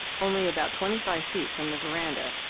only about twenty-five feet from the veranda.